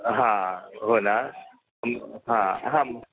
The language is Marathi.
हां हो ना हां हां